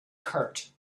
cart